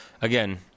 again